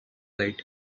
right